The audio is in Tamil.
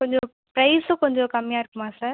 கொஞ்சம் பிரைஸ்ஸும் கொஞ்சம் கம்மியாக இருக்குமா சார்